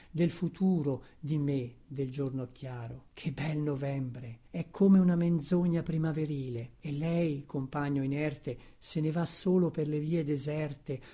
del futuro di me del giorno chiaro che bel novembre è come una menzogna primaverile e lei compagno inerte se ne va solo per le vie deserte